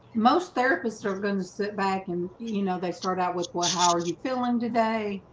most therapists are going to sit back and you know, they start out with one how are you feeling today?